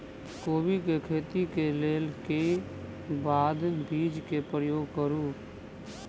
कोबी केँ खेती केँ लेल केँ खाद, बीज केँ प्रयोग करू?